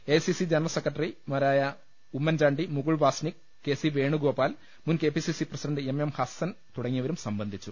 A I C C general സെക്രട്ടറിമാരായ Oommen Chandy Mukul Wasnik K C Venugopal മുൻ K P C C president M M Hassan തുടങ്ങി യവരും സംബന്ധിച്ചു